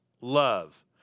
love